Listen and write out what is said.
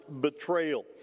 betrayal